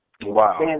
Wow